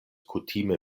kutime